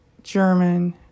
German